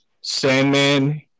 Sandman